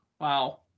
Wow